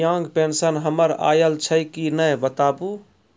दिव्यांग पेंशन हमर आयल छै कि नैय बताबू?